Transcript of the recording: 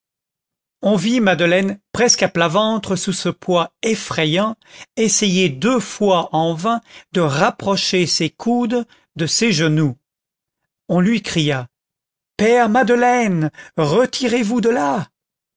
on vit madeleine presque à plat ventre sous ce poids effrayant essayer deux fois en vain de rapprocher ses coudes de ses genoux on lui cria père madeleine retirez-vous de là